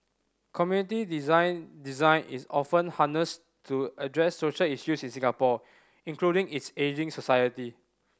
community design Design is often harnessed to address social issues in Singapore including its ageing society